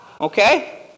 Okay